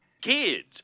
Kids